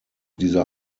dieser